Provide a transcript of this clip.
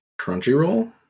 Crunchyroll